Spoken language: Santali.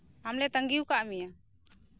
ᱟᱞᱮᱞᱮ ᱛᱟᱺᱜᱤ ᱟᱠᱟᱫ ᱢᱮᱭᱟ